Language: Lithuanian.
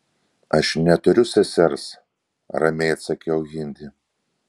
aš neturiu sesers ramiai atsakiau hindi